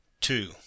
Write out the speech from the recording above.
Two